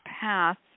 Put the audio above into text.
path